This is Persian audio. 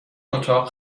اتاق